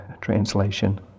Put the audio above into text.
translation